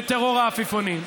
בטרור העפיפונים.